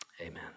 Amen